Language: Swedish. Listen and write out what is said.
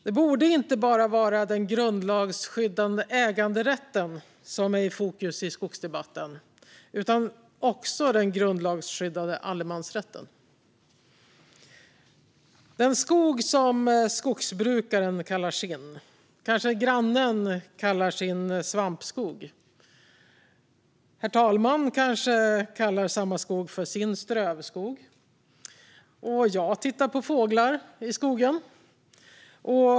Det är inte bara den grundlagsskyddade äganderätten som borde vara i fokus i skogsdebatten utan också den grundlagsskyddade allemansrätten. Den skog som skogsbrukaren kallar sin kanske grannen kallar sin svampskog. Herr talmannen kanske kallar samma skog för sin strövskog. Och jag tittar på fåglar i skogen.